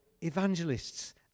evangelists